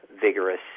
vigorous